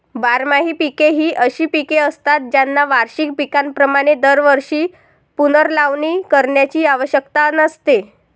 बारमाही पिके ही अशी पिके असतात ज्यांना वार्षिक पिकांप्रमाणे दरवर्षी पुनर्लावणी करण्याची आवश्यकता नसते